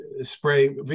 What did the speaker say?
spray